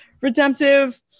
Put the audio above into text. Redemptive